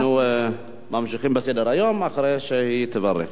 אנחנו, אנחנו ממשיכים בסדר-היום אחרי שהיא תברך.